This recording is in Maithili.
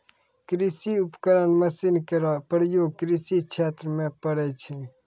कृषि उपकरण मसीन केरो प्रयोग कृषि क्षेत्र म पड़ै छै